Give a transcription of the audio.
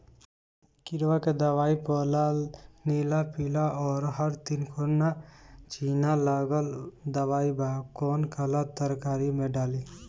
किड़वा के दवाईया प लाल नीला पीला और हर तिकोना चिनहा लगल दवाई बा कौन काला तरकारी मैं डाली?